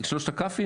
שלושת הכ"ף,